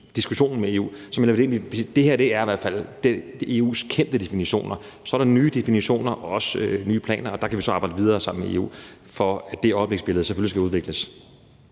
diskussionen med EU meldt det ind, for det her er i hvert fald EU's kendte definitioner. Så er der nye definitioner og også nye planer, og der kan vi så arbejde videre sammen med EU, for at det øjebliksbillede selvfølgelig skal udvikles.